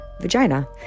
vagina